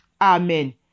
Amen